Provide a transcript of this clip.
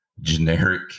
generic